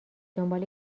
دنبال